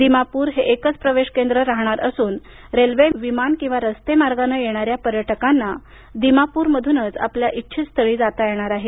दिमापुर हे एकच प्रवेश केंद्र राहणार असून रेल्वे विमान किंवा रस्ते मार्गानं येणाऱ्या पर्यटकांना दिमापुरमधूनच इच्छित स्थळी जाता येणार आहे